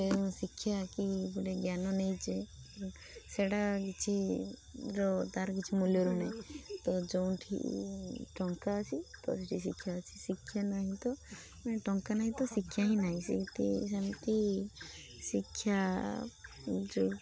ଶିକ୍ଷା କି ଗୋଟେ ଜ୍ଞାନ ନେଇଛେ ସେଇଟା କିଛି ତାର କିଛି ମୂଲ୍ୟ ରହୁନି ତ ଯେଉଁଠି ଟଙ୍କା ଅଛି ତ ଶିକ୍ଷା ଅଛି ଶିକ୍ଷା ନାହିଁ ତ ଟଙ୍କା ନାହିଁ ତ ଶିକ୍ଷା ହିଁ ନାହିଁ ସେମିତି ଶିକ୍ଷା ଯେଉଁ